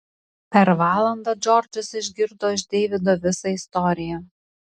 per valandą džordžas išgirdo iš deivido visą istoriją